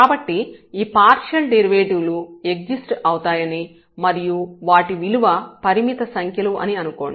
కాబట్టి ఈ partial derivative లు ఎగ్జిస్ట్ అవుతాయని మరియు వాటి విలువ పరిమిత సంఖ్యలు అని అనుకోండి